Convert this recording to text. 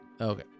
Okay